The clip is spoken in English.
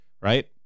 right